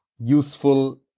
useful